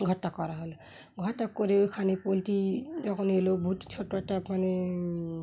ঘরটা করা হলো ঘরটা করে ওইখানে পোলট্রি যখন এলো বহুত ছোটো একটা মানে